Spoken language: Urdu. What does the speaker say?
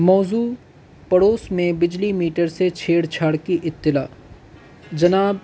موضوع پڑوس میں بجلی میٹر سے چھیڑ چھاڑ کی اطلاع جناب